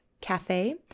cafe